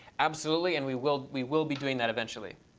absolutely, and we will. we will be doing that eventually.